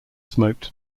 smoked